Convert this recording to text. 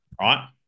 right